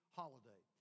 holiday